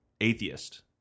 atheist